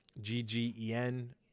G-G-E-N